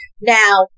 Now